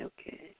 okay